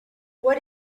what